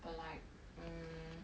but like mm